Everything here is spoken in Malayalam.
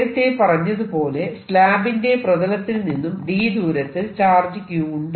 നേരത്തെ പറഞ്ഞതുപോലെ സ്ലാബിന്റെ പ്രതലത്തിൽ നിന്നും d ദൂരത്തിൽ ചാർജ് q ഉണ്ട്